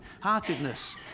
Heartedness